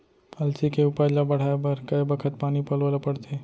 अलसी के उपज ला बढ़ए बर कय बखत पानी पलोय ल पड़थे?